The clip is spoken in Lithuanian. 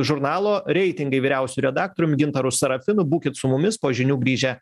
žurnalo reitingai vyriausiu redaktorium gintaru sarafinu būkit su mumis po žinių grįžę